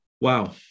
wow